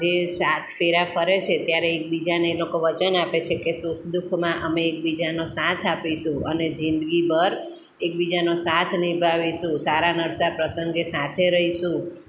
જે સાત ફેરા ફરે છે ત્યારે એકબીજાને એ લોકો વચન આપે છે કે સુખ દુઃખમાં અમે એકબીજાનો સાથ આપીશું અને જીંદગીભર એકબીજાનો સાથ નિભાવીશું સારા નરસા પ્રસંગે સાથે રહીશું